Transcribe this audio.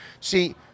See